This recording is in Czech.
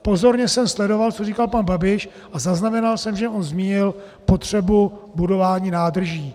Pozorně jsem sledoval, co říkal pan Babiš, a zaznamenal jsem, že on zmínil potřebu budování nádrží.